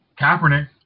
Kaepernick